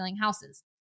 houses